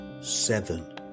seven